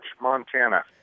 Montana